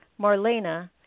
Marlena